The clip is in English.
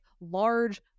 large